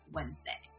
Wednesday